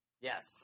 Yes